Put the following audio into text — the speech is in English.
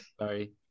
sorry